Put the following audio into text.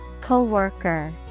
Coworker